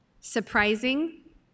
Surprising